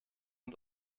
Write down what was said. und